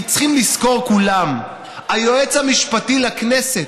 כי צריכים לזכור כולם: היועץ המשפטי לכנסת,